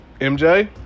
MJ